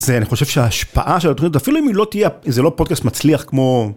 אני חושב שההשפעה של התוכנית, אפילו אם זה לא פודקאסט מצליח כמו...